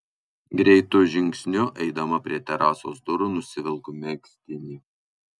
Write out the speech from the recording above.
greitu žingsniu eidama prie terasos durų nusivelku megztinį